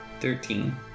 Thirteen